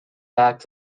back